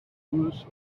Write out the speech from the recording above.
whose